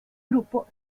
grupo